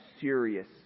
serious